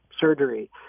surgery